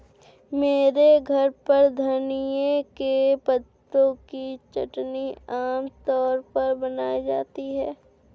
मेरे घर पर धनिए के पत्तों की चटनी आम तौर पर बनाई जाती है